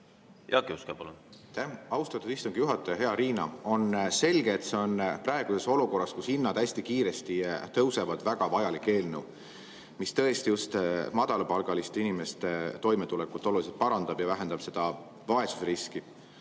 ettepanek? Aitäh, austatud istungi juhataja! Hea Riina! On selge, et see on praeguses olukorras, kus hinnad hästi kiiresti tõusevad, väga vajalik eelnõu, mis tõesti just madalapalgaliste inimeste toimetulekut oluliselt parandab ja vähendab vaesusriski.